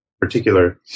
particular